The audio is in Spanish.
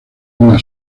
una